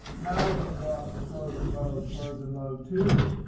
now we can go up to close and load close and load to.